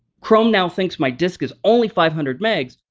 chrome now thinks my disk is only five hundred megs.